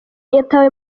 yatawe